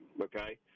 okay